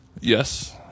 Yes